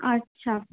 আচ্ছা